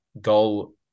goal